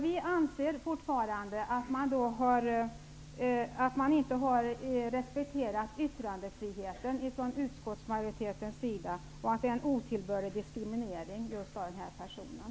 Vi anser fortfarande att utskottsmajoriteten inte har respekterat yttrandefriheten och att det förekommit en otillbörlig diskriminering av just denna person.